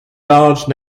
large